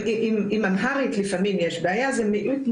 עם אמהרית לפעמים יש בעיה, אבל זה מיעוט.